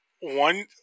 one